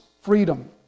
freedom